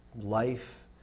life